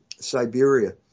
Siberia